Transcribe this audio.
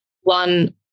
One